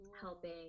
helping